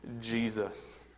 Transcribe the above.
Jesus